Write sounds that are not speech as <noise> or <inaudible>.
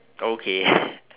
okay <laughs>